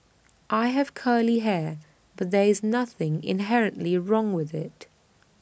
I have curly hair but there is nothing inherently wrong with IT